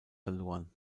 verloren